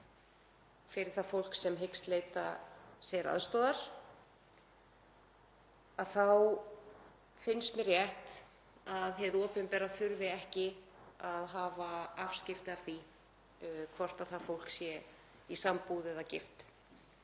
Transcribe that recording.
fyrir það fólk sem hyggst leita sér aðstoðar. Mér finnst rétt að hið opinbera þurfi ekki að hafa afskipti af því hvort það fólk sé í sambúð eða gift.